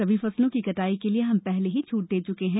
रबी फसलों की कटाई के लिए हम पहले ही ं छूट दे चुके हैं